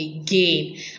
again